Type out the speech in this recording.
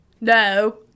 No